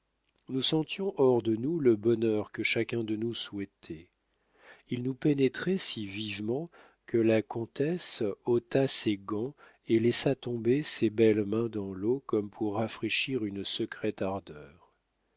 nous sentions hors de nous le bonheur que chacun de nous souhaitait il nous pénétrait si vivement que la comtesse ôta ses gants et laissa tomber ses belles mains dans l'eau comme pour rafraîchir une secrète ardeur